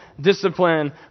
discipline